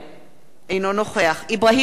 אינו נוכח אברהים צרצור,